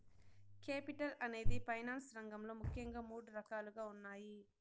capital అనేది finance రంగంలో ముఖ్యంగా మూడు రకాలుగా ఉన్నాయి